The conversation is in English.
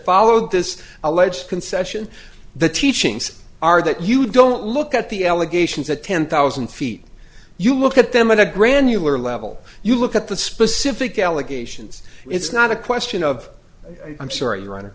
followed this alleged concession the teachings are that you don't look at the allegations at ten thousand feet you look at them on a granular level you look at the specific allegations it's not a question of i'm sorry your honor